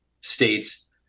states